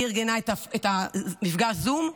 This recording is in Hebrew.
היא ארגנה את מפגש הזום.